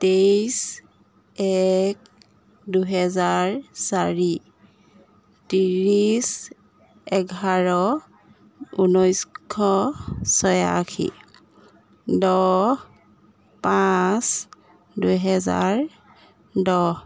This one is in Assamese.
তেইছ এক দুহেজাৰ চাৰি তিৰিছ এঘাৰ ঊনৈছশ ছয়াশী দহ পাঁচ দুহেজাৰ দহ